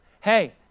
Hey